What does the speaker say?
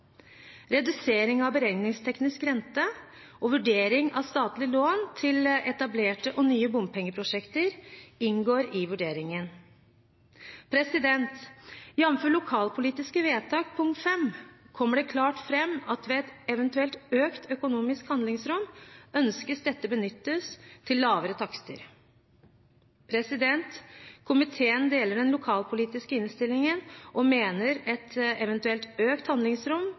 Redusering av beregningsteknisk rente og vurdering av statlig lån til etablerte og nye bompengeprosjekter inngår i vurderingen. I de lokalpolitiske vedtakenes punkt 5 kommer det klart fram at ved et eventuelt økt økonomisk handlingsrom ønskes dette benyttet til lavere takster. Komiteen deler den lokalpolitiske innstillingen og mener at et eventuelt økt handlingsrom